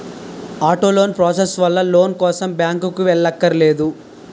auto loan process వల్ల loan కోసం బ్యాంకుకి వెళ్ళక్కర్లేదు